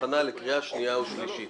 הכנה לקריאה שנייה ושלישית.